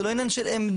זה לא עניין של עמדות.